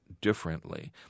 differently